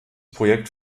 projekt